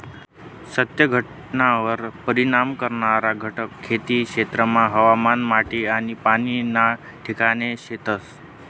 सत्य घटनावर परिणाम करणारा घटक खेती क्षेत्रमा हवामान, माटी आनी पाणी ना ठिकाणे शेतस